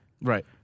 Right